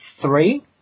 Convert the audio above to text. three